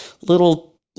little